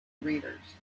readers